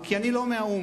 כי אני לא מהאו"ם.